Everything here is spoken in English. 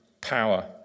power